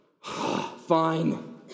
fine